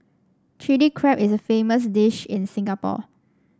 Chilli Crab is a famous dish in Singapore